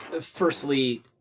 firstly